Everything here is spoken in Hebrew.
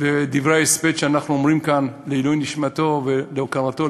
דברי ההספד שאנחנו אומרים כאן לעילוי נשמתו ולהוקרתו,